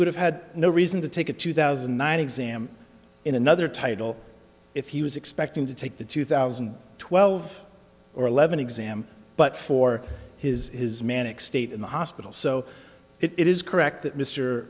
would have had no reason to take a two thousand and nine exam in another title if he was expecting to take the two thousand and twelve or eleven exam but for his his manic state in the hospital so it is correct that mr